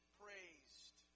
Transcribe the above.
praised